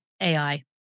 AI